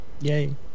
yay